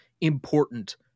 important